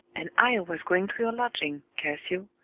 and i was going to your lodging, cassio.